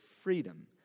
freedom